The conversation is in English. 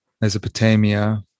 Mesopotamia